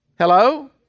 hello